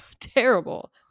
terrible